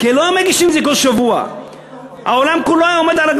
כי לא היו מגישים את זה כל שבוע.